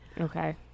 Okay